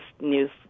news